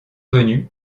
venu